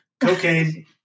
Cocaine